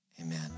amen